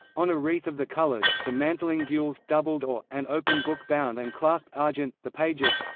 on a wreath of the colours, the mantling gules, doubled or, an open book bound and clasped argent, the pages